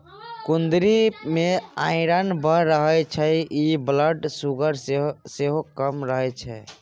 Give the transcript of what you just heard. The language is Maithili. कुंदरु मे आइरन बड़ रहय छै इ ब्लड सुगर केँ सेहो कम करय छै